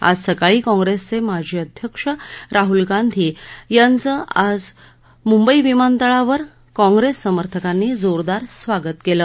आज सकाळी काँग्रेसचे माजी अध्यक्ष राहल गांधी यांचं म्ंबई विमानतळावर विमानतळावर काँग्रेस समर्थकांनी जोरदार स्वागत केलं